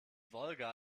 wolga